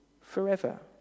forever